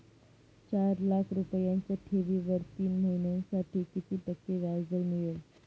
चार लाख रुपयांच्या ठेवीवर तीन महिन्यांसाठी किती टक्के व्याजदर मिळेल?